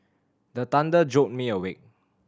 the thunder jolt me awake